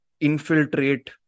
infiltrate